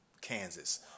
Kansas